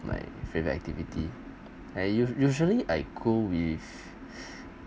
my favorite activity I usual usually I go with